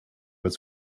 its